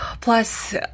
Plus